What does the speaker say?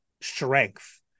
strength